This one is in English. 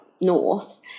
north